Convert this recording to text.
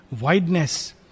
wideness